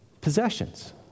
possessions